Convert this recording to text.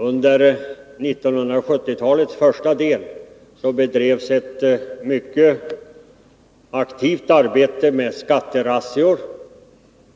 Under 1970-talets första del bedrevs ett mycket aktivt arbete, varvid man tillgrep skatterazzior,